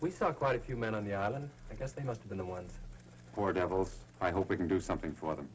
we saw quite a few men on the island because they must have been the ones for devils i hope we can do something for them